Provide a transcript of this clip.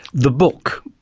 the book,